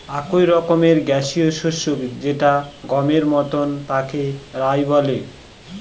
এক রকমের গ্যাসীয় শস্য যেটা গমের মতন তাকে রায় বলে